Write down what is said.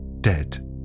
Dead